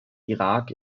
irak